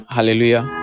Hallelujah